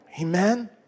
Amen